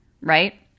right